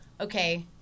okay